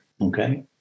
Okay